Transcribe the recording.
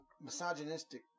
misogynistic